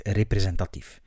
representatief